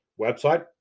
Website